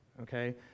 okay